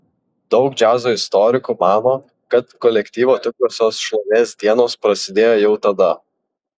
daug džiazo istorikų mano kad kolektyvo tikrosios šlovės dienos prasidėjo jau tada